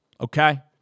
okay